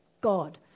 god